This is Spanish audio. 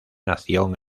nación